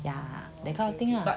yeah that kind of thing lah